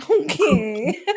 Okay